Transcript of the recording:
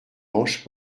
mange